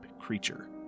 creature